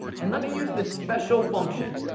and let me use this special function,